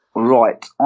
Right